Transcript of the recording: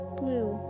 blue